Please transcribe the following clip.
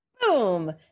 Boom